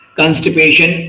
constipation